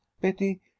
betty